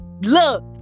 Look